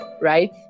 right